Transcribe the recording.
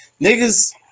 niggas